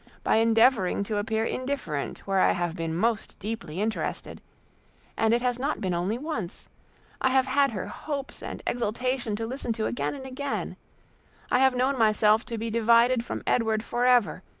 by endeavouring to appear indifferent where i have been most deeply interested and it has not been only once i have had her hopes and exultation to listen to again and again i have known myself to be divided from edward for ever,